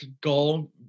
goal